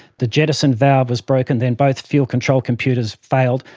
the jettison valve was broken, then both fuel control computers failed.